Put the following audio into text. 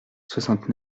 soixante